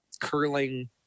curling